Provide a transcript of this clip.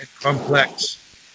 complex